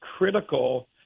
critical